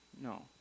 No